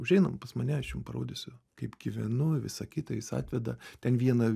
užeinam pas mane aš jum parodysiu kaip gyvenu visa kita jis atveda ten viena